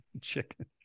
Chicken